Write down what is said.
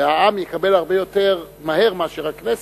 העם יקבל הרבה יותר מהר מאשר הכנסת.